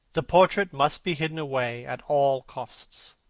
the portrait must be hidden away at all costs.